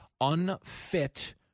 unfit